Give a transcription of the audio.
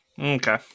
Okay